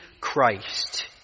Christ